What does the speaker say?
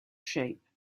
shape